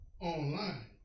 online